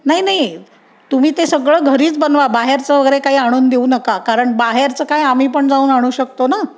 नाही नाही तुम्ही ते सगळं घरीच बनवा बाहेरचं वगैरे काही आणून देऊ नका कारण बाहेरचं काय आम्ही पण जाऊन आणू शकतो ना